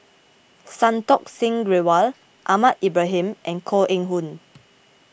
Santokh Singh Grewal Ahmad Ibrahim and Koh Eng Hoon